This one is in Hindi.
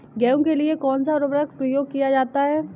गेहूँ के लिए कौनसा उर्वरक प्रयोग किया जाता है?